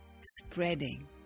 spreading